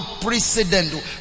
precedent